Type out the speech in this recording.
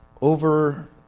over